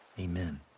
amen